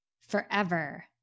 Forever